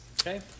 Okay